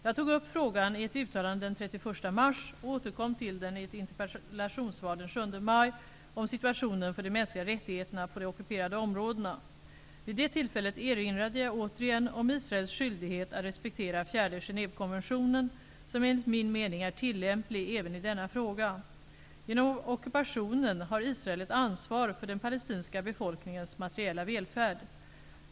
Jag tog upp frågan i ett uttalande den 31 mars och återkom till den i ett interpellationssvar den 7 maj om situationen för de mänskliga rättigheterna på de ockuperade områdena. Vid det tillfället erinrade jag återigen om Israels skyldighet att respektera fjärde Genèvekonventionen, som enligt min mening är tillämplig även i denna fråga. Genom ockupationen har Israel ett ansvar för den palestinska befolkningens materiella välfärd.